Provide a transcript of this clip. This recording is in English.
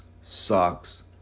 socks